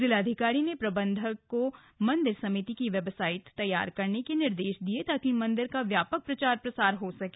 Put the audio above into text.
जिलाधिकारी ने प्रबन्धक को मन्दिर समिति की वेबसाईट तैयार करने के निर्देश दिये ताकि मंदिर का व्यापक प्रचार प्रसार हो सके